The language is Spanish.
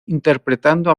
interpretando